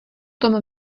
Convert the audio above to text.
tom